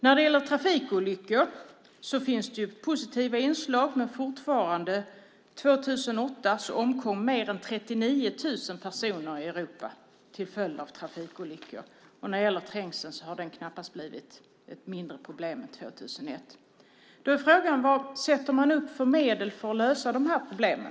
När det gäller trafikolyckor finns det positiva inslag, men fortfarande omkom mer än 39 000 personer i Europa 2008 till följd av trafikolyckor. När det gäller trängseln har den knappast blivit ett mindre problem än 2001. Då är frågan: Vilka medel sätter man upp för att lösa dessa problem?